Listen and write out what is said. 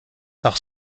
nach